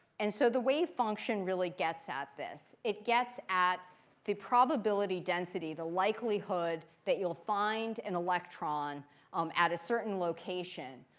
and so the wave function really gets at this. it gets at the probability density, the likelihood that you'll find an electron um at a certain location,